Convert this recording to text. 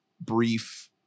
brief